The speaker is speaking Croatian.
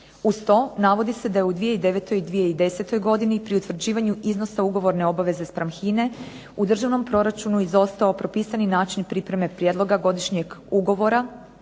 Uz to navodi se da u 2009. i 2010. pri utvrđivanju iznosa ugovorne obaveze spram HINA-e u državnom proračunu izostao propisani način pripreme prijedloga godišnjeg ugovora